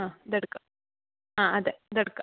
ആ ഇതെടുക്കാം ആ അതെ ഇതെടുക്കാം